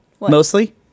Mostly